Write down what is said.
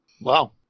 Wow